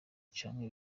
canke